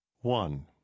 one